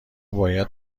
باید